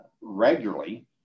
regularly